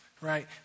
right